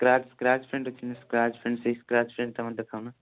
scratch scratch paint ଅଛି ନା scratch pant ସେଇ ଷ୍କ୍ରାଚ ପେଣ୍ଟ୍ ଟା ମୋତେ ଦେଖାଅ ନା